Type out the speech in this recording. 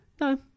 no